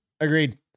Agreed